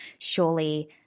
Surely